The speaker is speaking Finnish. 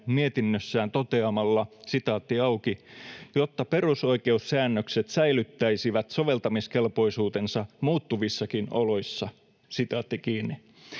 mietinnössään toteamalla: ”jotta perusoikeussäännökset säilyttäisivät soveltamiskelpoisuutensa muuttuvissakin oloissa”. Samalla tavalla